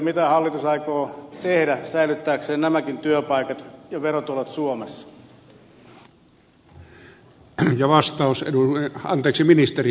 mitä hallitus aikoo tehdä säilyttääkseen nämäkin työpaikat ja verotulot suomessa